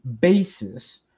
basis